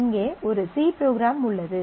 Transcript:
இங்கே ஒரு C program உள்ளது